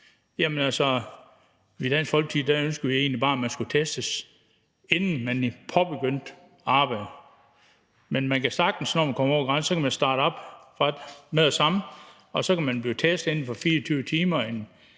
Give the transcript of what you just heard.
Danmark. I Dansk Folkeparti ønsker vi egentlig bare, at man skal testes, inden man påbegynder arbejdet. Man kan, når man kommer over grænsen, sagtens starte op med det samme og så blive testet inden for 24 timer